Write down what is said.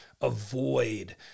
avoid